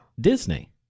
Disney